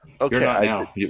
Okay